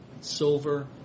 silver